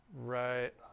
Right